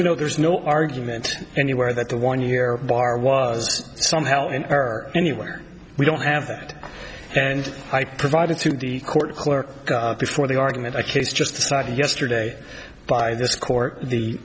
you know there's no argument anywhere that the one year bar was somehow in error anywhere we don't have that and i provided to the court clerk before the argument i case just decided yesterday by this court the